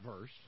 verse